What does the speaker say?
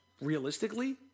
realistically